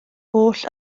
holl